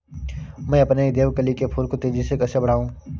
मैं अपने देवकली के फूल को तेजी से कैसे बढाऊं?